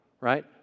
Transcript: right